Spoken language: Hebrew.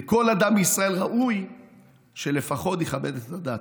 וכל אדם מישראל ראוי שלפחות יכבד את הדת,